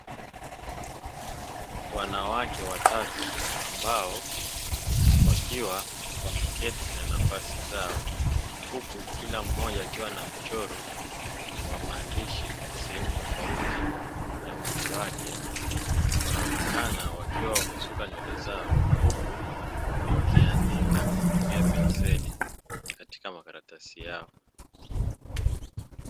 Wanawake watatu ambao wakiwa wameketi kwenye nafasi zao huku kila mmoja akiwa na mchoro wa maandishi sehemu tofauti ya mwili wake wanaonekana wakiwa wamesuka nywele zao huku wakiandika kwa kutumia penseli katika makaratasi.